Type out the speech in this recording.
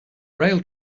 rail